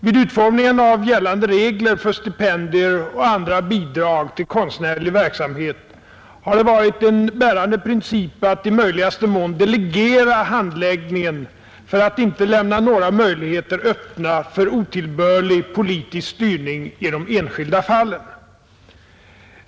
Vid utformningen av gällande regler för stipendier och andra bidrag till konstnärlig verksamhet har det varit en bärande princip att i möjligaste mån delegera handläggningen för att inte lämna några möjligheter öppna för otillbörlig politisk styrning i de enskilda fallen.